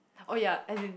oh ya as in